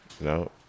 No